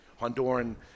Honduran